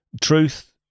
truth